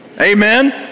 Amen